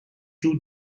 two